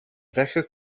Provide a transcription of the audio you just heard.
wecker